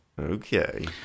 Okay